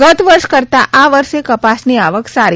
ગત વર્ષે કરતાં આ વર્ષે કપાસની આવક સારી છે